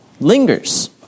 Lingers